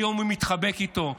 היום הוא מתחבק איתו.